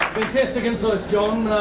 fantastic insights, john,